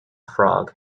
frog